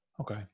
Okay